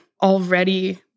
already